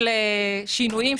יותר לשינויים.